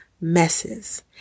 messes